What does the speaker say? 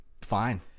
Fine